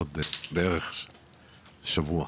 עוד בערך שבוע.